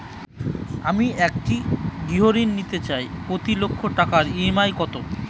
আমি একটি গৃহঋণ নিতে চাই প্রতি লক্ষ টাকার ই.এম.আই কত?